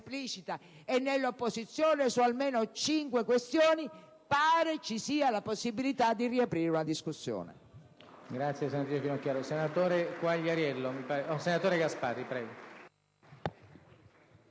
e nell'opposizione, su almeno cinque questioni, pare ci sia la possibilità di riaprire una discussione.